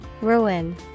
Ruin